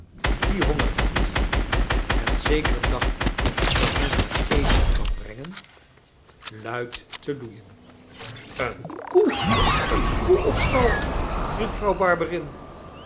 die honger had en zeker dacht dat men haar eten kwam brengen luid te loeien een koe een koe op stal riep vrouw